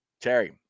Terry